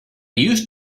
used